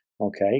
Okay